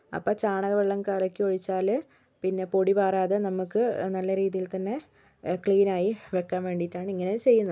അപ്പോൾ ചാണക വെള്ളം കലക്കി ഒഴിച്ചാല് പിന്നെ പൊടി പാറാതെ നമുക്ക് നല്ല രീതിയിൽ തന്നെ ക്ലീൻ ആയി വെക്കാൻ വേണ്ടിയിട്ടാണ് ഇങ്ങനെ ചെയ്യുന്നത്